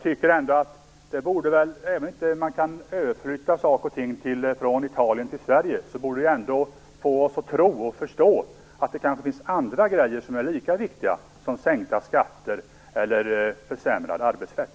Även om man inte kan överflytta saker och ting från Italien till Sverige, så tycker jag ändå att detta borde få oss att tro och förstå att det kanske finns annat som är lika viktigt som sänkta skatter eller försämrad arbetsrätt.